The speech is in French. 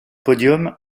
podium